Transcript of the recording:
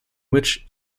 which